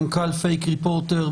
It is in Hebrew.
מנכ"ל "פייק ריפורטר",